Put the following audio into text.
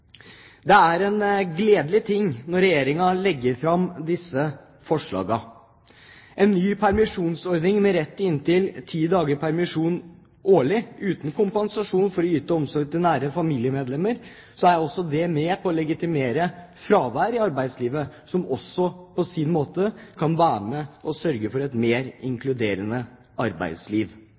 Det er en gledelig at Regjeringen legger fram disse forslagene. En ny permisjonsordning med rett til inntil ti dagers permisjon årlig uten kompensasjon, for å yte omsorg til nære familiemedlemmer, er også med på å legitimere fravær i arbeidslivet, som på sin måte kan bidra til å sørge for et mer inkluderende arbeidsliv.